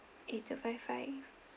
eight two five five